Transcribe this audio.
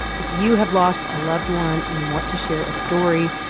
if you have lost a loved one and you want to share a story,